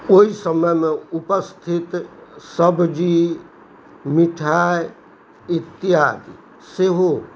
ओहि समयमे उपस्थित सब्जी मिठाइ इत्यादि सेहो